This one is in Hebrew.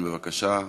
בבקשה,